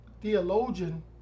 theologian